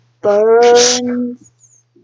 burns